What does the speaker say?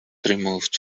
removed